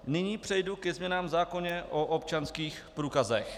Nyní přejdu ke změnám v zákoně o občanských průkazech.